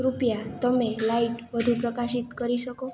કૃપયા તમે લાઈટ વધુ પ્રકાશિત કરી શકો